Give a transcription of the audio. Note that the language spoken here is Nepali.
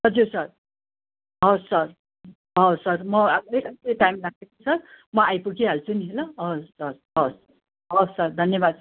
हजुर सर हवस् सर हवस् सर म अलिकति चाहिँ टाइम लाग्छ कि सर म आइपुगी हाल्छु नि ल हवस् हवस् हवस् सर धन्यवाद